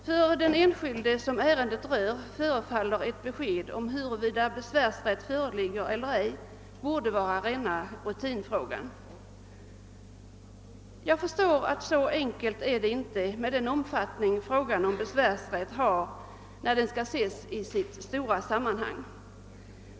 För den enskilde, som ärendet rör, förefaller det att det borde vara en ren rutinfråga att erhålla besked, hurvida besvärsrätt föreligger eller ej. Jag förstår att det inte är så enkelt med den omfattning besvärsrätten har, när frågan skall ses i sitt stora sammanhang.